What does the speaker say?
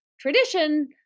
tradition